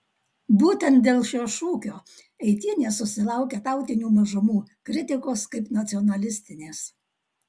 būtent dėl šio šūkio eitynės susilaukia tautinių mažumų kritikos kaip nacionalistinės